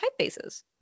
typefaces